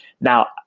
Now